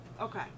Okay